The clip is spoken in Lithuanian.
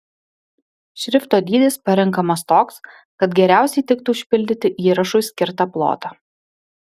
šrifto dydis parenkamas toks kad geriausiai tiktų užpildyti įrašui skirtą plotą